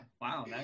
wow